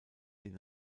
den